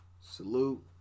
Salute